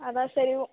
அதுதான் சரி ஓ